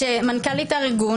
שמנכ"לית הארגון,